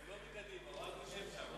הוא לא מקדימה, הוא רק יושב שם.